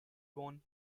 worn